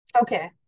Okay